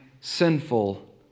sinful